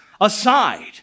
aside